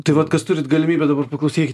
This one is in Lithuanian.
tai vat kas turit galimybę dabar paklausykit